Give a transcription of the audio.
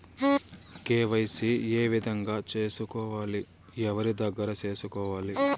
KYC ఏ విధంగా సేసుకోవాలి? ఎవరి దగ్గర సేసుకోవాలి?